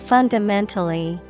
Fundamentally